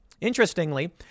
Interestingly